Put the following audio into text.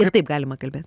ir taip galima kalbėt